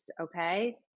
okay